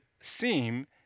seem